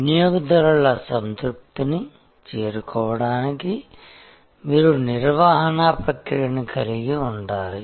వినియోగదారుల సంతృప్తిని చేరుకోవడానికి మీరు నిర్వహణా ప్రక్రియను కలిగి ఉండాలి